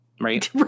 Right